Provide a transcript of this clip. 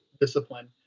discipline